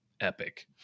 epic